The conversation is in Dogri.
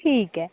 ठीक ऐ